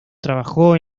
trabajó